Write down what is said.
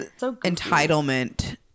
entitlement